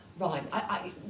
Right